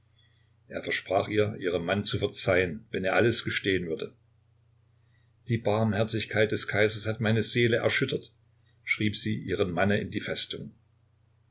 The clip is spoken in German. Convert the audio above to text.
er versprach ihr ihrem mann zu verzeihen wenn er alles gestehen würde die barmherzigkeit des kaisers hat meine seele erschüttert schrieb sie ihrem manne in die festung